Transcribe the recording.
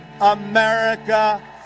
America